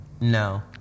No